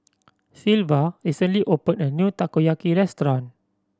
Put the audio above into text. Sylva recently opened a new Takoyaki restaurant